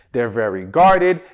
they're very guarded,